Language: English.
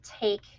take